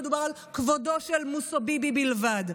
מדובר על כבודו של מוסוביבי בלבד.